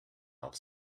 off